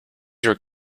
your